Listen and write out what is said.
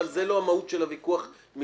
אבל זו לא המהות של הוויכוח מבחינתי.